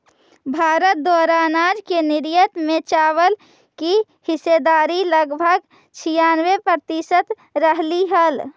भारत द्वारा अनाज के निर्यात में चावल की हिस्सेदारी लगभग छियानवे प्रतिसत रहलइ हल